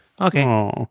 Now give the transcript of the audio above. Okay